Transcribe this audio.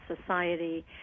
society